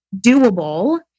doable